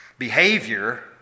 Behavior